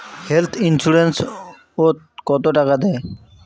Health insurance ওত কত টাকা দেয়?